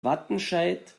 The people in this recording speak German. wattenscheid